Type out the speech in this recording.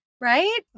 right